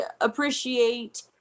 appreciate